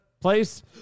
place